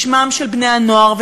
בשמם של בני-הנוער,